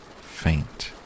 faint